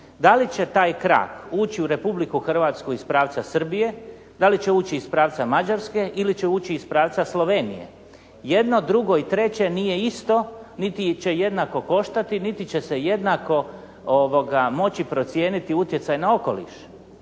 da li će taj krak ući u Republiku Hrvatsku iz pravca Srbije, da li će ući iz pravca Mađarske ili će ući iz pravca Slovenije. Jedno, drugo i treće nije isto, niti će jednako koštati, niti će se jednako moći procijeniti utjecaj na okoliš.